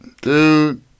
Dude